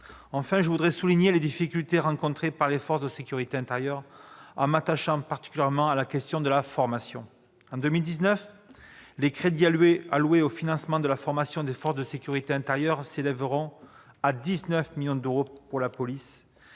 Enfin, je soulignerai les difficultés rencontrées par les forces de sécurité intérieure en m'attachant plus spécifiquement à la question de la formation. En 2019, les crédits alloués au financement de la formation des forces de sécurité intérieure s'élèveront à 19 millions d'euros dans la police